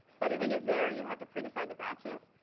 but the thing is, there, you have to pre-decide the batches,